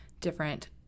different